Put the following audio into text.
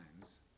times